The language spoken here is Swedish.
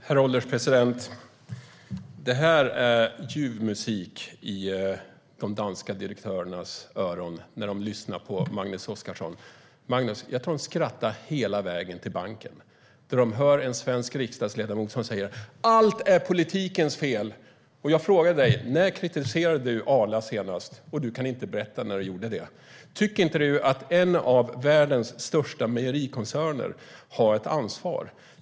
Herr ålderspresident! Det är ljuv musik i de danska direktörernas öron när de lyssnar på Magnus Oscarsson. Jag tror att de skrattar hela vägen till banken, Magnus, när de hör en svensk riksdagsledamot som säger: Allt är politikens fel! Jag frågade dig: När kritiserade du Arla senast? Du kan inte berätta när du gjorde det. Tycker inte du att en av världens största mejerikoncerner har ett ansvar?